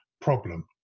problem